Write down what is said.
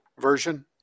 version